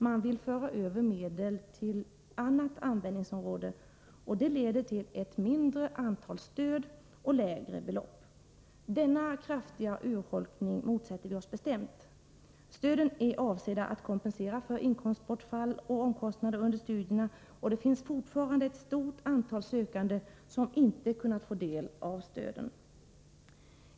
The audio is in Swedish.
Man vill föra över medel till annat användningsområde, och det leder till ett mindre antal stöd och lägre belopp. Denna kraftiga urholkning motsätter vi oss bestämt. Stöden är avsedda att kompensera för inkomstbortfall och omkostnader under studierna, och det finns fortfarande ett stort antal sökande som inte kunnat få del av stöden.